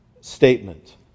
statement